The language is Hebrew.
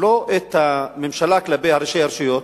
לא את הממשלה כלפי ראשי הרשויות,